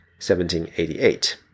1788